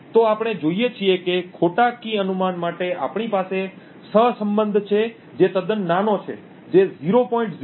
તો આપણે જોઈએ છીએ કે ખોટા કી અનુમાન માટે આપણી પાસે સહસંબંધ છે જે તદ્દન નાનો છે જે 0